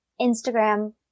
Instagram